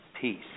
peace